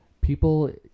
People